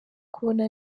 kubona